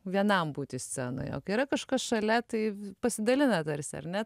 vienam būti scenoje yra kažkas šalia tai pasidalina tarsi ar ne